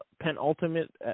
penultimate